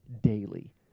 daily